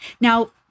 Now